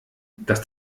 dass